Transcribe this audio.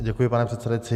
Děkuji, pane předsedající.